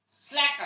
Slacker